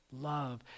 love